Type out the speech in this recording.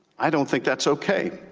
i don't think that's okay.